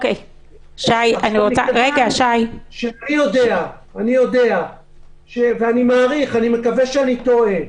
אני יודע ואני מעריך, אני מקווה שאני טועה,